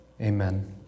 Amen